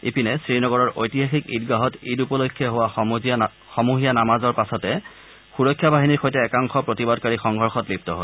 ইপিনে শ্ৰীনগৰৰ ঐতিহাসিক ঈদগাহত ঈদ উপলক্ষে হোৱা সমূহীয়া নামাজৰ পাছতে সুৰক্ষা বাহিনীৰ সৈতে একাংশ প্ৰতিবাদকাৰী সংঘৰ্ষত লিপ্ত হয়